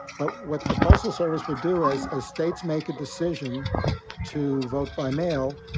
but what the postal service would do as as states make a decision to vote by mail,